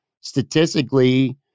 statistically